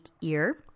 ear